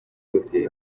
dosiye